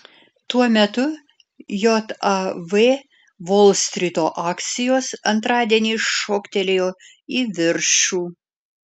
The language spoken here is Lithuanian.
tuo metu jav volstryto akcijos antradienį šoktelėjo į viršų